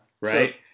Right